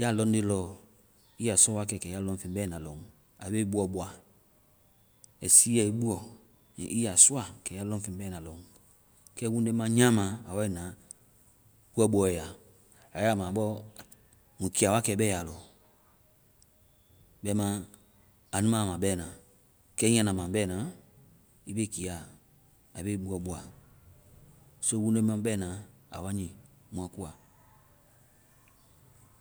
ya lɔŋde lɔ, ii ya sɔwakɛ kɛ ya lɔŋfeŋ bɛna lɔŋ. Aa be ii buɔbɔa. Ai siiya ii buɔ. Ii ya sɔ wa kɛ ya lɔŋfeŋ bɛna lɔŋ. Kɛ wundema nyama, aa wae na buɔbɔɛ ya. Aa wa ya ma bɔ-mui kiia wa kɛ bɛ aa ɔ, bɛma anu ma ma bɛna. Kɛ hiŋi anda ma bɛna, ii be kiia. Aa be ii buɔbɔa. So wundema bɛna, aa wa nyii mua koa